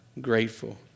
grateful